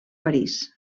parís